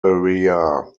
area